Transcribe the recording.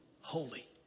holy